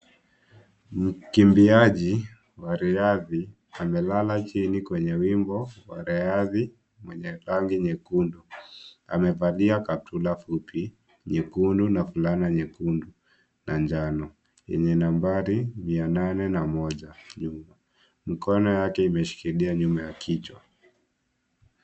Mkimbiaji wa riadha amelala chini kwenye wimbo wa riadha wenye rangi nyekundu. Amevalia kaptula fupi nyekundu na fulana nyekundu na njano yenye nambari mia nane na moja juu. Mikono yake imeshikilia nyuma ya kichwa.